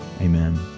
Amen